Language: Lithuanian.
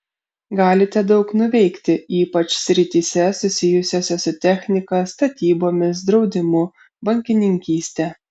galite daug nuveikti ypač srityse susijusiose su technika statybomis draudimu bankininkyste